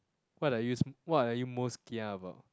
what are you what are you most kia about